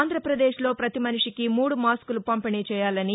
ఆంధ్రప్రదేశ్లో పతి మనిషికి మూడు మాస్సుల పంపిణీ చేయాలని